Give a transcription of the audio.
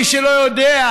מי שלא יודע,